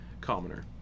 commoner